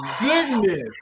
goodness